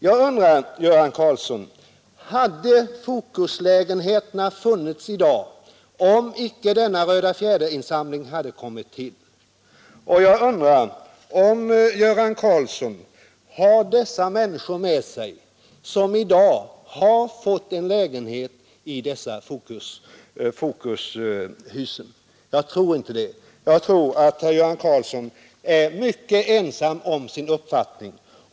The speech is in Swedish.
Jag undrar, Göran Karlsson, om Fokuslägenheterna hade funnits i dag, om inte Röda fjädern-insamlingen kommit till. Och jag undrar om Göran Karlsson har med sig de människor som i dag har fått en lägenhet i dessa Fokushus. Jag tror inte det. Jag tror att Göran Karlsson är mycket ensam om sin uppfattning.